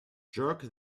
jerk